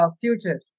future